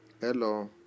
Hello